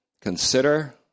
Consider